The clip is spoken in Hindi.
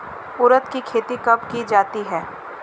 उड़द की खेती कब की जाती है?